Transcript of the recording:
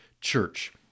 church